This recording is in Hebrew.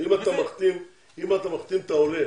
אם אתה מחתים את העולה,